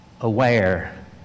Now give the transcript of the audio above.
aware